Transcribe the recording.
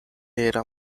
era